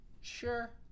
Sure